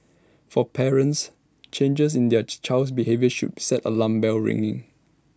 for parents changers in their child's behaviour should set the alarm bells ringing